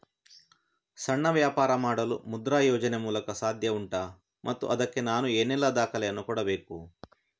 ಸಣ್ಣ ವ್ಯಾಪಾರ ಮಾಡಲು ಮುದ್ರಾ ಯೋಜನೆ ಮೂಲಕ ಸಾಧ್ಯ ಉಂಟಾ ಮತ್ತು ಅದಕ್ಕೆ ನಾನು ಏನೆಲ್ಲ ದಾಖಲೆ ಯನ್ನು ಕೊಡಬೇಕು?